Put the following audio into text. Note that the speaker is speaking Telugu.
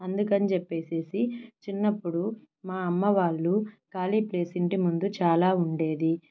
అందుకని చెప్పేసేసి చిన్నప్పుడు మా అమ్మ వాళ్లు ఖాళీ ప్లేస్ ఇంటి ముందు చాలా ఉండేది